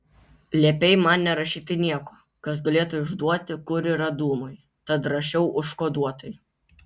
liepei man nerašyti nieko kas galėtų išduoti kur yra dūmai tad rašiau užkoduotai